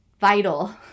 vital